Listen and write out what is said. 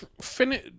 finish